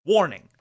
Warning